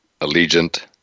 Allegiant